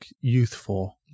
youthful